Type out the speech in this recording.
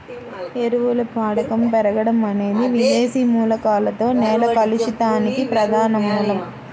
ఎరువుల వాడకం పెరగడం అనేది విదేశీ మూలకాలతో నేల కలుషితానికి ప్రధాన మూలం